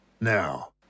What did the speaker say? Now